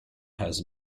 has